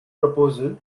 proposal